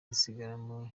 risigaramo